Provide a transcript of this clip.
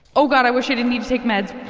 oh, god, i wish i didn't need to take meds.